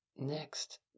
Next